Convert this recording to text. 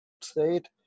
state